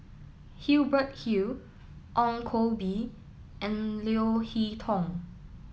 Hubert Hill Ong Koh Bee and Leo Hee Tong